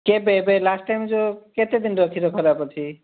କେବେ ଏବେ last time ଯେଉଁ କେତେ ଦିନର ଷୀର ଖରାପ ଅଛି